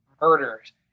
murders